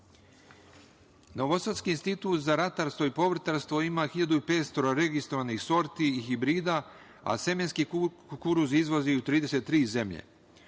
institut za ratarstvo i povrtarstvo ima 1.500 registrovanih sorti i hibrida, a semenski kukuruz izvozi u 33 zemlje. Ovi